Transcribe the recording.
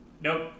Nope